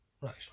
Right